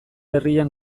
herrian